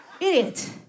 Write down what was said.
Idiot